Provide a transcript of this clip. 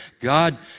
God